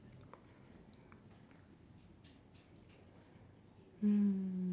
hmm